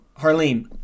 Harleen